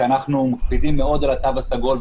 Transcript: כי אנחנו מקפידים מאוד על התו הסגול,